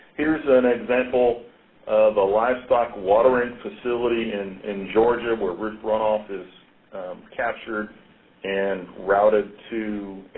here's an example of a livestock watering facility and in georgia where roof runoff is captured and routed to